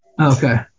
Okay